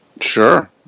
Sure